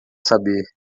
saber